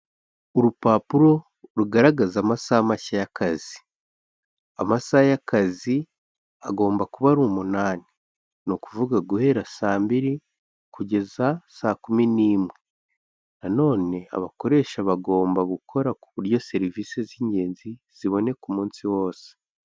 Urupapuro rugaragaza amasaha mashya y'akazi. Amasaha y'akazi agomba kuba ari umunani. Ni ukuvuga guhera saa mbiri kugeza saa kumi n'imwe. Nanone abakoresha bagomba gukora ku buryo serivisi z'ingenzi ziboneka umunsi wose.